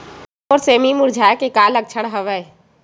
मोर सेमी मुरझाये के का लक्षण हवय?